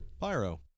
Pyro